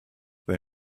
they